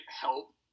help